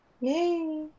Yay